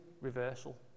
reversal